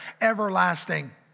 everlasting